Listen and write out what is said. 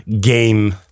game